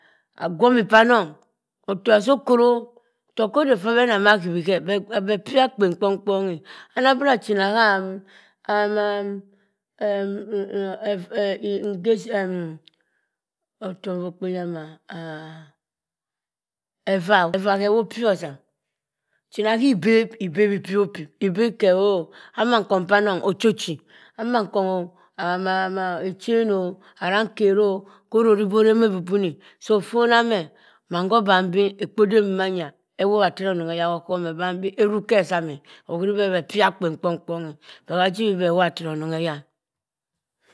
. Agwomi panong ofara asokoro, otokhode ffabeh amah khibhi khe o. Beh pibha akpen kpong kpong e. Anabra china ham em em em okpen yan mah o? Effa khe-wo pyibhozam. china khibeb ibeb ipyibho pyib. ibeb khe oh! Amankong p'anong ochochii. Amankongho, ah echen oh, arankere ah, khororibe are me bubuni. so offona meh man ghoban beh ekpo dema mbanya ewobha tarara onongha aya gho-oghọm e. obanbi erukhr ezam e. ohuribeh beh pyibha akpen kpong kpong kpong e. behajibhi bii beh wobha tara onongha aya e.